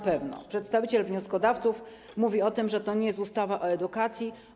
Przedstawiciel wnioskodawców mówi o tym, że to nie jest ustawa o edukacji.